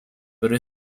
pero